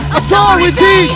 authority